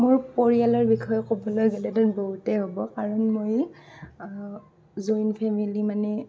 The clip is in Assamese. মোৰ পৰিয়ালৰ বিষয়ে ক'বলৈ গ'লে দেখোন বহুতেই হ'ব কাৰণ মই জইন ফেমিলী মানে